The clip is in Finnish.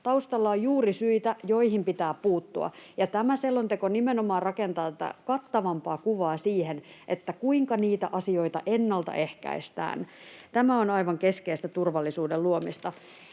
Taustalla on juurisyitä, joihin pitää puuttua, ja tämä selonteko nimenomaan rakentaa tätä kattavampaa kuvaa siihen, kuinka niitä asioita ennalta ehkäistään. Tämä on aivan keskeistä turvallisuuden luomista.